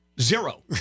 Zero